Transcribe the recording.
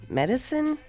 medicine